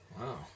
Wow